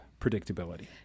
predictability